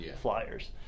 flyers